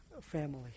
family